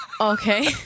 Okay